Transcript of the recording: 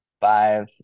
five